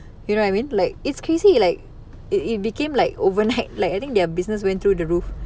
you know what I mean like it's crazy like it it became like overnight like I think their business went through the roof